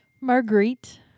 Marguerite